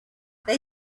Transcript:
they